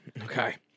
Okay